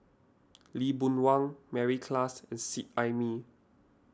Lee Boon Wang Mary Klass and Seet Ai Mee